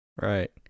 Right